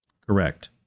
correct